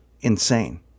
insane